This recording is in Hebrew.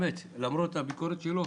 למרות הביקורת של איתי,